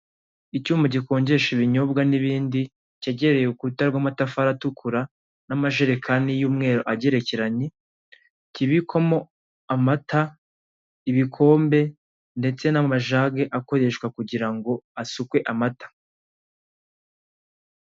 Icyuma gikonjesha ibinyobwa n'ibindi, kegereye urukuta rw'amatafari atukura n'amajerekani y'umweru agerekeranye kibikwamo amata, ibikombe ndetse n'amajage akareshwa kugira ngo hasukwe amata.